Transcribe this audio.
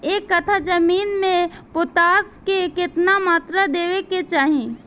एक कट्ठा जमीन में पोटास के केतना मात्रा देवे के चाही?